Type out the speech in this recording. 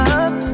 up